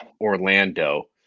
Orlando